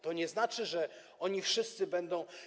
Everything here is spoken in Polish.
To nie znaczy, że oni wszyscy będą.